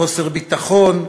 חוסר ביטחון,